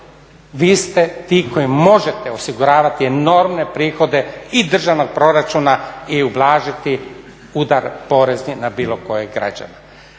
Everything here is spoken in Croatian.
vi ste ti koji možete osiguravati enormne prihode i državnog proračuna i ublažiti udar porezni na bilo kojeg građana.